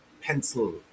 pencil